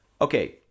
Okay